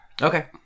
Okay